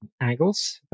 angles